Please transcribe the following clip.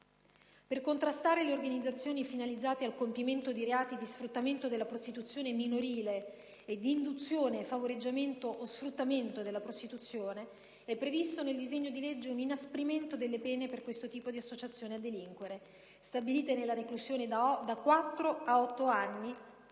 Per contrastare le organizzazioni finalizzate al compimento di reati di sfruttamento della prostituzione minorile e di induzione e favoreggiamento o sfruttamento della prostituzione, è previsto nel disegno di legge un inasprimento delle pene per questo tipo di associazione a delinquere, stabilite nella reclusione da quattro a otto anni